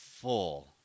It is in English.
full